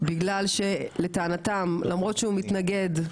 בגלל שלטענתם למרות שהוא מתנגד.